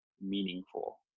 meaningful